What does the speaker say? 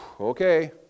Okay